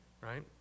right